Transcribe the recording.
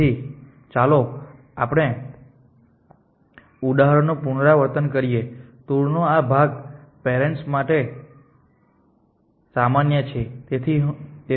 તેથી ચાલો આપણે ઉદાહરણનું પુનરાવર્તન કરીએ ટૂર નો આ ભાગ પેરેન્ટસ માટે સામાન્ય છે